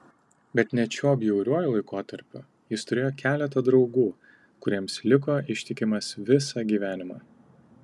bet net šiuo bjauriuoju laikotarpiu jis turėjo keletą draugų kuriems liko ištikimas visą gyvenimą